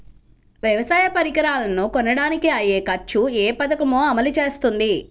వ్యవసాయ పరికరాలను కొనడానికి అయ్యే ఖర్చు ఏ పదకము అమలు చేస్తుంది?